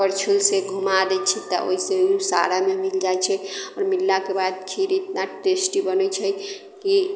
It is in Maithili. करछुल से घुमा दय छी तऽ ओहि से ओ सारामे मिल जाइत छै आओर मिललाकेँ बाद खीर इतना टेस्टी बनैत छै कि